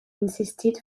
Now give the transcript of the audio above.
insisted